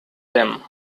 them